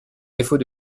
défaut